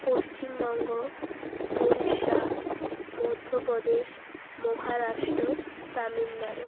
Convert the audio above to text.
Paschimbanga Orissa Madhya Pradesh Maharashtra Tamil Nadu